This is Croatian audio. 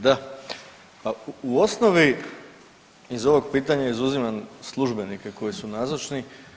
Da, pa u osnovi iz ovog pitanja izuzimam službenike koji su nazočni.